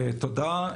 תודה.